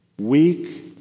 weak